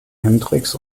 hendrix